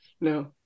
No